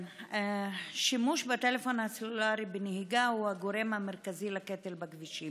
שימוש בטלפון הסלולרי בנהיגה הוא הגורם המרכזי לקטל בכבישים.